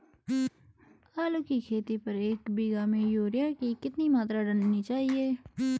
आलू की खेती पर एक बीघा में यूरिया की कितनी मात्रा डालनी चाहिए?